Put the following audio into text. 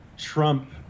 Trump